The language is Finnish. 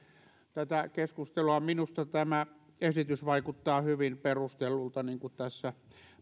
tätä keskustelua minusta tämä esitys vaikuttaa hyvin perustellulta niin kuin tässä